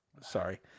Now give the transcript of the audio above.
sorry